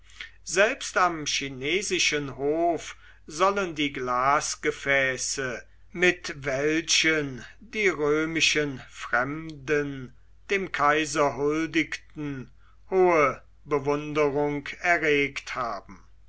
selbst am chinesischen hof sollen die glasgefäße mit welchen die römischen fremden dem kaiser huldigten hohe bewunderung erregt haben